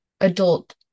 adult